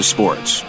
Sports